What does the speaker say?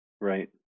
Right